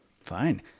Fine